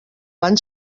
van